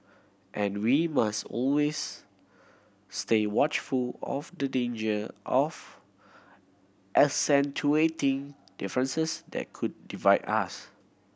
and we must always stay watchful of the danger of accentuating differences that could divide us